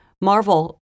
Marvel